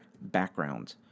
background